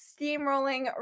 steamrolling